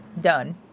done